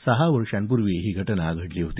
सहा वर्षांपूर्वी ही घटना घडली होती